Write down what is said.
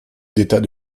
d’état